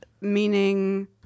meaning